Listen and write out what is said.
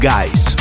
Guys